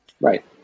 Right